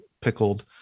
pickled